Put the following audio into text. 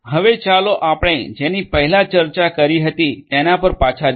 હવે ચાલો આપણે જેની ચર્ચા પહેલા કરી હતી તેના પાર પાછા જઈએ